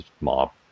mob